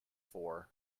for